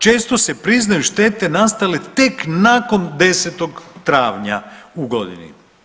Često se priznaju štete nastale tek nakon 10. travnja u godini.